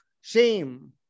shame